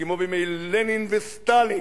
כמו בימי לנין וסטלין,